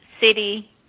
city